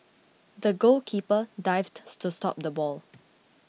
the goalkeeper dived to stop the ball